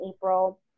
April